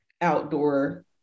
outdoor